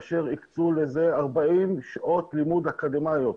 והקצו לזה 40 שעות לימוד אקדמיות.